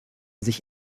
sich